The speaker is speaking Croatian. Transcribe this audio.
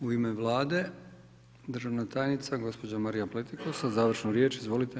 U ime vlade, državna tajnica, gospođa Marija Pletikosa, završna riječ, izvolite.